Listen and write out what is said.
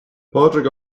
pádraic